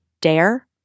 Dare